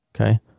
Okay